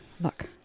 look